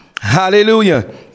Hallelujah